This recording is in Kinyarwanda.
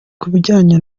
kubijyanye